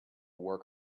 work